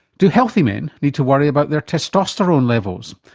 do healthy men need to worry about their testosterone levels?